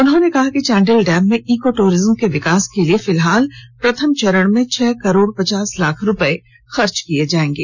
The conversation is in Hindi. उन्होंने कहा कि चांडिल डैम में इको टूरेज्म के विकास के लिए फिलहाल प्रथम चरण में छह करोड़ पचास लाख रुपए खर्च किए जाएंगे